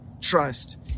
trust